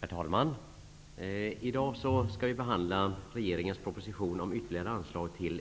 Herr talman! I dag skall vi behandla regeringens proposition om ytterligare anslag till